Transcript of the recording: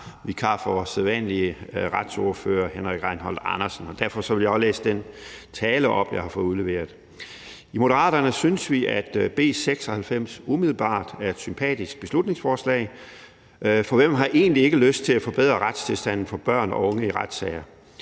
vikar for vores sædvanlige retsordfører, Henrik Rejnholt Andersen. Derfor vil jeg læse den tale op, som jeg har fået udleveret: I Moderaterne synes vi, at B 96 umiddelbart er et sympatisk beslutningsforslag – for hvem har egentlig ikke lyst til at forbedre retstilstanden for børn og unge i retssager?